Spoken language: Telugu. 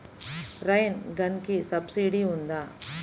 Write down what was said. రైన్ గన్కి సబ్సిడీ ఉందా?